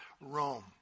Rome